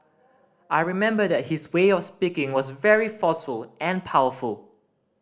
I remember that his way of speaking was very forceful and powerful